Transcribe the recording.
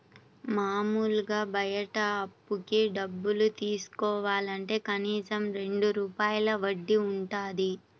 మాములుగా బయట అప్పుకి డబ్బులు తీసుకోవాలంటే కనీసం రెండు రూపాయల వడ్డీ వుంటది